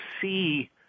see